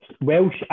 Welsh